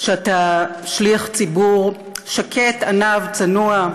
שאתה שליח ציבור שקט, עניו, צנוע,